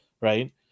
right